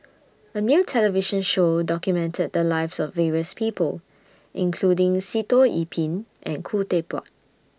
A New television Show documented The Lives of various People including Sitoh Yih Pin and Khoo Teck Puat